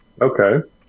Okay